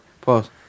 Pause